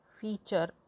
feature